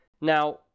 Now